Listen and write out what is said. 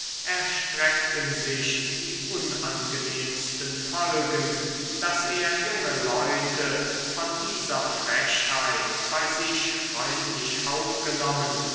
erstreckten sich die unangenehmsten folgen daß er junge leute von dieser frechheit bei sich freundlich aufgenommen